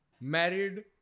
married